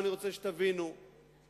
אני רוצה שתבינו שרשתות